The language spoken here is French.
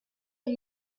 une